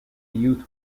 youth